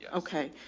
okay.